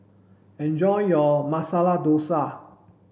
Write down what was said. enjoy your Masala Dosa